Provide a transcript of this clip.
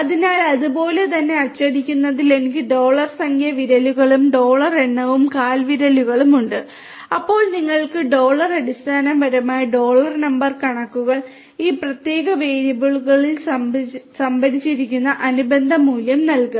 അതിനാൽ അതുപോലെ തന്നെ അച്ചടിക്കുന്നതിൽ എനിക്ക് ഡോളർ സംഖ്യ വിരലുകളും ഡോളർ എണ്ണം കാൽവിരലുകളും ഉണ്ട് അപ്പോൾ നിങ്ങൾക്ക് ഡോളർ അടിസ്ഥാനപരമായി ഡോളർ നമ്പർ കണക്കുകൾ ഈ പ്രത്യേക വേരിയബിളിൽ സംഭരിച്ചിരിക്കുന്ന അനുബന്ധ മൂല്യം നൽകും